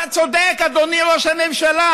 אתה צודק, אדוני ראש הממשלה.